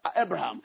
Abraham